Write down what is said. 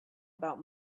about